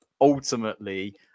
ultimately